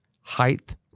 height